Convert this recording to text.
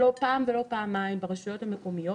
לא פעם ולא פעמיים ברשויות המקומיות